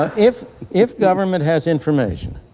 ah if if government has information